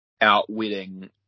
outwitting